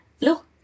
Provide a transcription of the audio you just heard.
Look